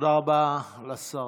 תודה רבה לשרה.